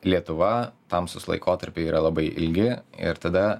lietuva tamsūs laikotarpiai yra labai ilgi ir tada